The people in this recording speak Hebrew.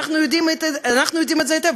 אנחנו יודעים את זה היטב.